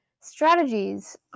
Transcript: strategies